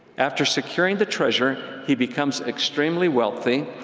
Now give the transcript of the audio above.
after securing the treasure he becomes extremely wealthy,